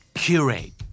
curate